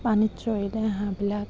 পানী চৰিলে হাঁহবিলাক